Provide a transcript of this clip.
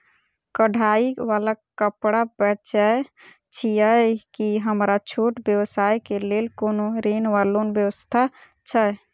कढ़ाई वला कापड़ बेचै छीयै की हमरा छोट व्यवसाय केँ लेल कोनो ऋण वा लोन व्यवस्था छै?